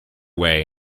way